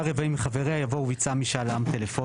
רבעים מחבריה' יבוא 'וביצע משאל עם טלפוני'.